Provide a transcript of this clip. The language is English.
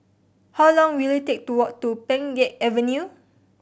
how long will it take to walk to Pheng Geck Avenue